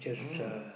mm